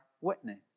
witness